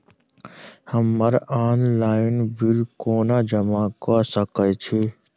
हम्मर online bill कोना जमा कऽ सकय छी?